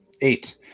Eight